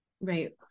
right